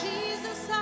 Jesus